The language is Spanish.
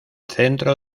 centro